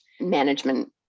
management